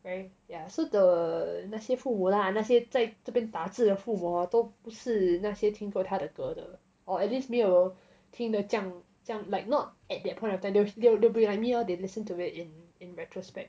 right yeah so the 那些父母啦那些在这边打字的父母都不是那些听过他的歌的 or at least 没有听听得这样这样 like not at that point of time they would they would be like me lor they listen to it in in retrospect